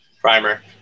primer